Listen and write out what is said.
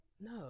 no